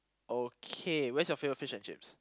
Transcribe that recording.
okay where is your favourite fish and chips